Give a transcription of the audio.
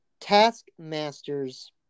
Taskmaster's